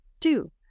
Two